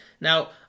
Now